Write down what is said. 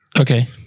Okay